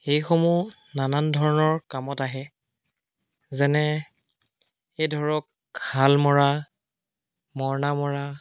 সেইসমূহ নানান ধৰণৰ কামত আহে যেনে এই ধৰক হাল মৰা মৰণা মৰা